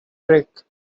trick